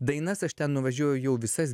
dainas aš ten nuvažiuoju jau visas